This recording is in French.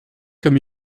comme